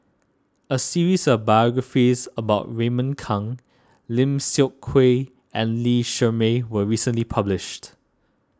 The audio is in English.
a series of biographies about Raymond Kang Lim Seok Hui and Lee Shermay was recently published